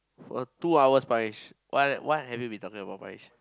for two hours Parish what have you been talking about Parish